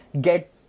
Get